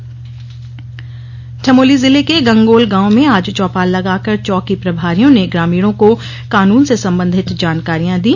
चौपाल चमोली जिले के गंगोल गांव में आज चौपाल लगाकर चौकी प्रभारियों ने ग्रामीणों को कानून से संबंधित जानकारियां दी